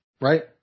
Right